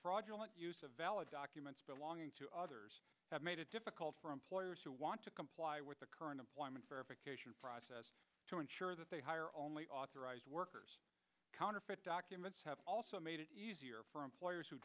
fraudulent use of valid documents belonging to others have made it difficult for employers who want to comply with the current employment verification process to ensure that they hire only authorized workers counterfeit documents have also made it easier for employers who